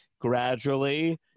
gradually